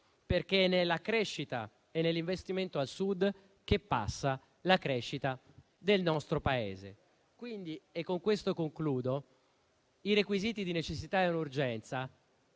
perché è attraverso la crescita e l'investimento al Sud che passa la crescita del nostro Paese. Quindi - e con questo concludo - i requisiti di necessità e urgenza